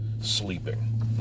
sleeping